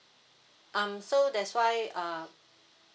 um so that's why uh